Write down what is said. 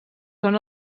són